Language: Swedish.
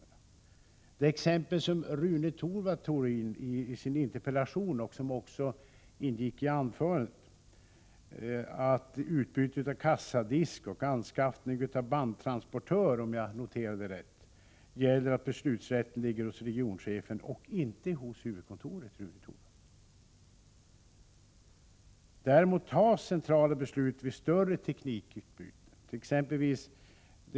I fråga om det exempel som Rune Torwald tog upp i sin interpellation och som han även berörde i sitt anförande beträffande utbyte av kassadisk och anskaffning av bandtransportörer, om jag noterade det rätt, gäller att beslutsrätten ligger hos regioncheferna och inte hos huvudkontoret. Däremot fattas centrala beslut vid större teknikutbyte.